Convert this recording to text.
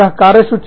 यह कार्यसूची है